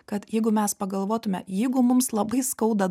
kad jeigu mes pagalvotume jeigu mums labai skauda